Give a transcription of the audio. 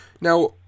now